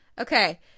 Okay